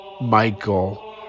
Michael